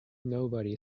nobody